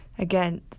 Again